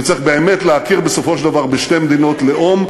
וצריך באמת להכיר בסופו של דבר בשתי מדינות לאום.